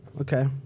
Okay